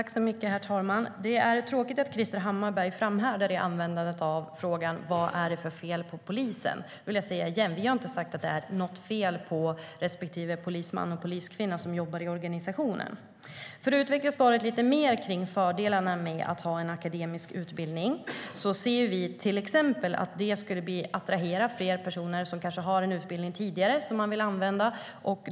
Herr talman! Det är tråkigt att Krister Hammarbergh framhärdar i användandet av frågan: Vad är det för fel på polisen? Jag vill säga det igen: Vi har inte sagt att det är något fel på respektive polisman och poliskvinna som jobbar i organisationen. För att utveckla svaret lite mer kring fördelarna med en akademisk utbildning ser vi till exempel att det skulle attrahera fler personer som kanske har en utbildning tidigare som de vill använda.